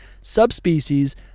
subspecies